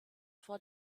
vor